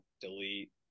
delete